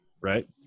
right